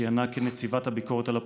שכיהנה כנציגת הביקורת על הפרקליטות.